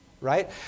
Right